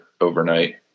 overnight